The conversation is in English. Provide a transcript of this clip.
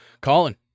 Colin